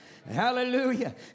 Hallelujah